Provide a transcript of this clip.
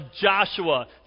Joshua